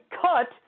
cut